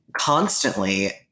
constantly